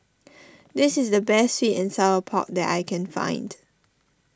this is the best Sweet and Sour Pork that I can find